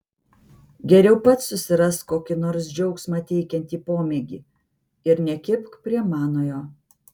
geriau pats susirask kokį nors džiaugsmą teikiantį pomėgį ir nekibk prie manojo